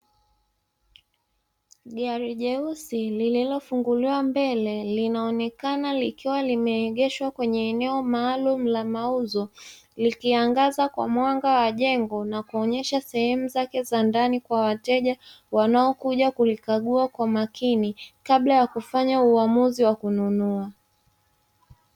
Gari jeusi lililofunguliwa mbele linaonekana likiwa limeegeshwa kwenye eneo maalumu la mauzo, likiangaza kwa mwanga wa jengo na kuonyesha sehemu zake za ndani kwa wateja wanaokuja kulikagua kwa makini kabla ya kufanya uamuzi wa kununua.